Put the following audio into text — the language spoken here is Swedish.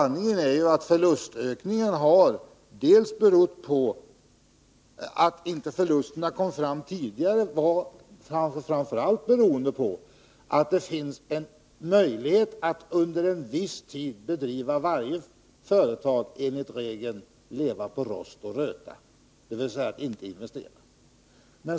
Sanningen är ju att förlustökningen delvis berott på att inte förlusterna kom fram tidigare. Detta hänger framför allt samman med att det finns en möjlighet att under en viss tid bedriva varje företag enligt regeln leva på rost och röta, dvs. att inte investera.